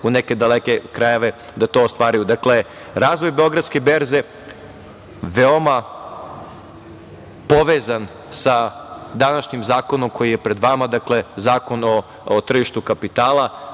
u neke daleke krajeve da to ostvaruju. Dakle, razvoj Beogradske berze je veoma povezan sa današnjim zakonom koji je pred vama, dakle, Zakon o tržištu kapitala.